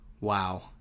Wow